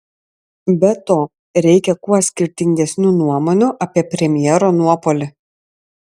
be to reikią kuo skirtingesnių nuomonių apie premjero nuopuolį